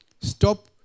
Stop